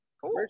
Cool